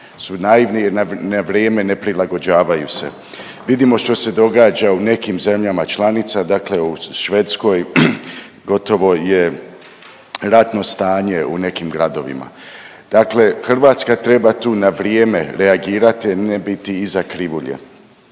su naivni jer na vrijeme ne prilagođavaju se. Vidimo što se događa u nekim zemljama članica, dakle u Švedskoj gotovo je ratno stanje u nekim gradovima. Dakle Hrvatska treba tu na vrijeme reagirati, ne biti iza krivulje.